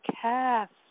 cast